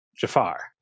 Jafar